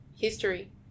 history